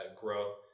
growth